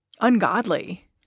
Ungodly